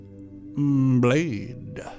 blade